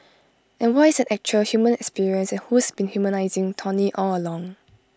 and what is an actual human experience and who's been humanising tony all along